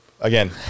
again